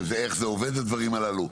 איך זה עובד הדברים הללו?